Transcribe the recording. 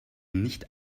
nicht